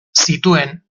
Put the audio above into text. zituen